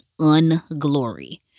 unglory